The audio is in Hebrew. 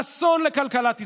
אסון לכלכלת ישראל.